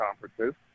conferences